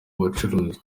bucuruzi